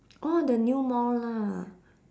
oh the new mall lah